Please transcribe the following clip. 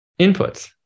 inputs